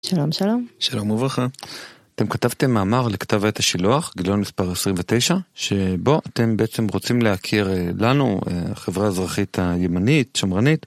שלום שלום. שלום וברכה. אתם כתבתם מאמר לכתב העת השילוח, גיליון מספר 29, שבו אתם בעצם רוצים להכיר לנו, החברה האזרחית הימנית, שמרנית.